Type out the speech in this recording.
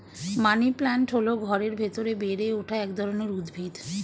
money plant হল ঘরের ভেতরে বেড়ে ওঠা এক ধরনের উদ্ভিদ